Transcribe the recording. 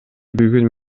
бүгүн